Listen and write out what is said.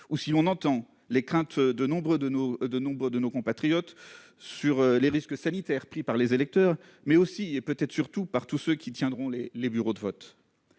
ou qu'à entendre les craintes de nombre de nos compatriotes sur les risques sanitaires pris par les électeurs, mais aussi, et peut-être surtout, par tous ceux qui tiendront les bureaux de vote.